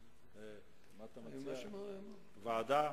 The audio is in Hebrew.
ועדה?